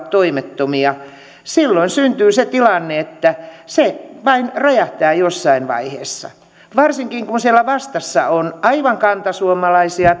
toimettomia silloin syntyy se tilanne että se vain räjähtää jossain vaiheessa varsinkin kun siellä vastassa on aivan kantasuomalaisia